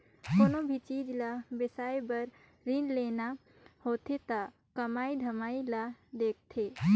कोनो भी चीच ल बिसाए बर रीन लेना होथे त कमई धमई ल देखथें